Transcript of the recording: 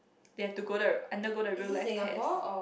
they have to go the undergo the real life test